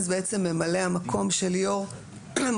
אז בעצם ממלא המקום של יו"ר מועצה